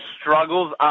struggles